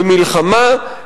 במלחמה,